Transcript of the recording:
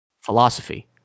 Philosophy